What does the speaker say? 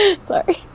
Sorry